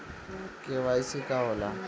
KYC का होला?